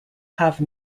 have